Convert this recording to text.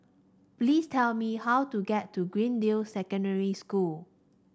please tell me how to get to Greendale Secondary School